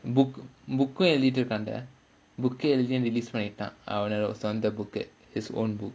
book book எழுதிடிருக்காங்க:eluthitirukkaanga book எழுதியும்:eluthiyum release பண்ணிட்டான் அவனோட சொந்த:pannittaan avanoda sontha book his own book